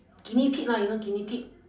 guinea pig lah you know guinea pig